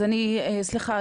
אז סליחה,